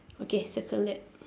okay circle that